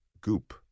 goop